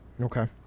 Okay